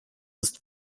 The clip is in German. ist